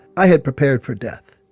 i had prepared for death.